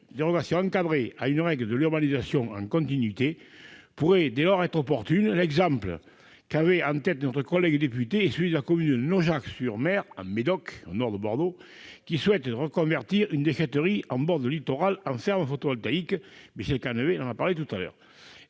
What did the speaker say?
dérogation encadrée à la règle de l'urbanisation en continuité pourrait, dès lors, être opportune. L'exemple qu'avait en tête notre collègue député est celui de la commune de Naujac-sur-Mer dans le Médoc, au nord de Bordeaux, qui souhaite reconvertir une déchèterie située au bord du littoral en ferme photovoltaïque- M. Canevet en a parlé. Aussi, cet